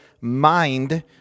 mind